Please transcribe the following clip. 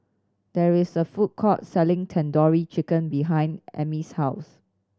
there is a food court selling Tandoori Chicken behind Emile's house